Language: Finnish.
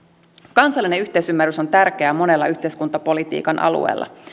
kansallinen yhteisymmärrys on tärkeää monella yhteiskuntapolitiikan alueella